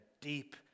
deep